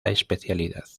especialidad